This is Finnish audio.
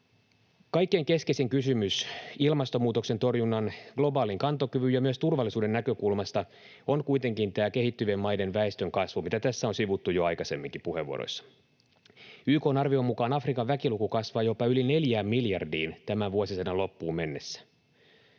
Kaikkein keskeisin kysymys ilmastonmuutoksen torjunnan, globaalin kantokyvyn ja myös turvallisuuden näkökulmasta on kuitenkin tämä kehittyvien maiden väestönkasvu, mitä tässä on sivuttu puheenvuoroissa jo aikaisemminkin. YK:n arvion mukaan Afrikan väkiluku kasvaa jopa yli 4 miljardiin tämän vuosisadan loppuun mennessä.